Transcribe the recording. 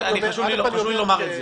חשוב לי לומר את זה,